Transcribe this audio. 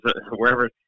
wherever